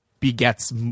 begets